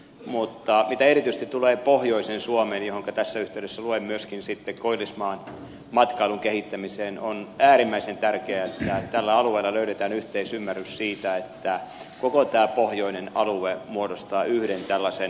mutta mitä erityisesti tulee pohjoisen suomen johonka tässä yhteydessä luen myöskin sitten koillismaan matkailun kehittämiseen on äärimmäisen tärkeää että tällä alueella löydetään yhteisymmärrys siitä että koko tämä pohjoinen alue muodostaa yhden tällaisen matkailullisen brändin